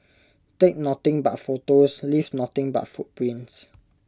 take nothing but photos leave nothing but footprints